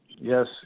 yes